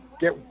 get